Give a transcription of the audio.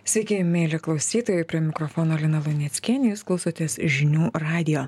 sveiki mieli klausytojai prie mikrofono lina luneckienė jūs klausotės žinių radijo